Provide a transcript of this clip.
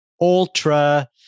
ultra